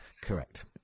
correct